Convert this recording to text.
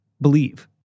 believe